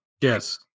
Yes